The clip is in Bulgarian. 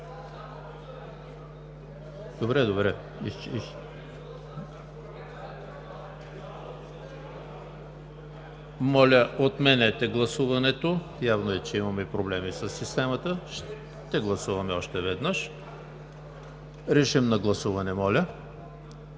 (Реплики.) Моля, отменете гласуването – явно е, че има проблеми със системата, ще гласуваме още веднъж. Режим на гласуване, моля.